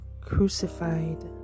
crucified